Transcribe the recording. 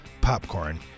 popcorn